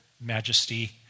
majesty